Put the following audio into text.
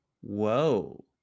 whoa